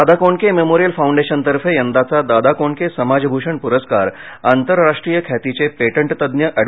दादा कोंडके मेमोरियल फाऊंडेशनतर्फे यंदाचा दादा कोंडके समाज भूषण पुरस्कार आंतरराष्ट्रीय ख्यातीचे पेटंटतज्ज्ञ एड